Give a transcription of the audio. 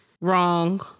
Wrong